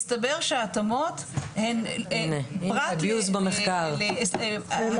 מסתבר שההתאמות הן פרט ל- -- תודה,